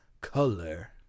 color